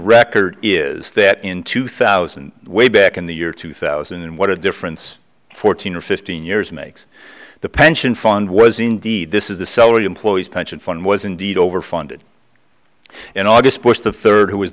record is that in two thousand and way back in the year two thousand and what a difference fourteen or fifteen years makes the pension fund was indeed this is the salary employees pension fund was indeed over funded in august bush the third who was